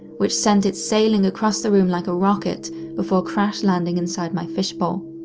which sent it sailing across the room like a rocket before crash landing inside my fish bowl.